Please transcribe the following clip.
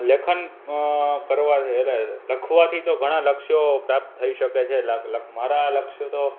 લેખન કરવા એટલે લખવાથી તો ઘણાં લક્ષ્યો પ્રાપ્ત થઈ શકે છે મારાં લક્ષ્ય તો